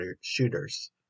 shooters